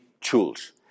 tools